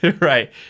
Right